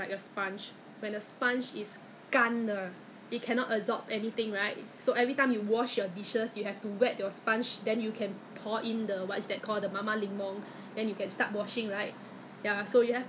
I don't know ah 现在 I because after that day I bought because I still have my at that time I still have my existing product so whatever I bought that time ah is still inside the bag so then 我现在慢慢拿出来我都忘了跟我讲什么 step 了 leh 真的